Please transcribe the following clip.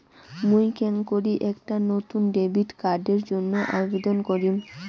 মুই কেঙকরি একটা নতুন ডেবিট কার্ডের জন্য আবেদন করিম?